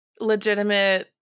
legitimate